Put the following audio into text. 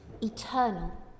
eternal